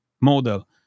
model